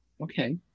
Okay